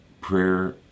Prayer